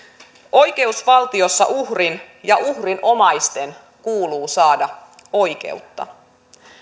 oikeusvaltiossa uhrin ja uhrin omaisten kuuluu saada oikeutta